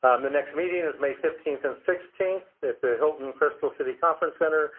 um the next meeting is may fifteenth and sixteenth at the hilton crystal city conference center.